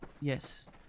Yes